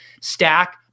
stack